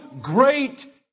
great